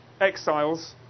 exiles